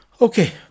Okay